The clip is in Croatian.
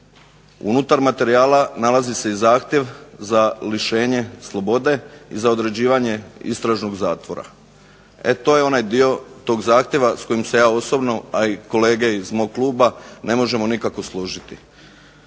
Unutar materijala nalazi se i zahtjev za lišenje slobode i za određivanje istražnog zatvora. E to je onaj dio tog zahtjeva s kojim se ja osobno, a i kolege iz mog kluba ne možemo nikako složiti.